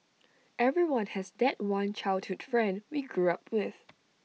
everyone has that one childhood friend we grew up with